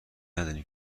نداریم